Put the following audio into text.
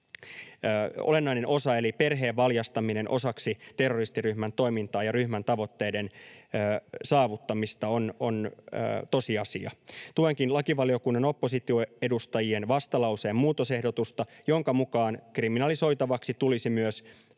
olennainen osa on perheen valjastaminen osaksi terroristiryhmän toimintaa ja ryhmän tavoitteiden saavuttamista. Tuenkin lakivaliokunnan oppositioedustajien vastalauseen muutosehdotusta, jonka mukaan kriminalisoitavaksi tulisi myös